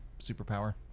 superpower